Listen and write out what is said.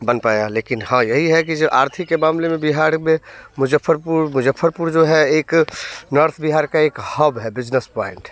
बन पाया लेकिन हाँ यही है कि आर्थिक के मामले में बिहार में मुज़फ़्फ़रपुर मुज़फ़्फ़रपुर जो है एक नर्स बिहार का एक हब है बिजनेस पॉइंट है